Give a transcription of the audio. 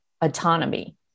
autonomy